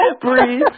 breathe